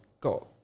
got